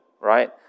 right